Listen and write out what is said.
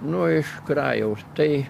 nu iš krajaus tai